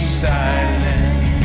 silent